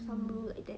mm